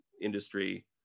industry